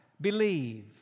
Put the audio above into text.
Believe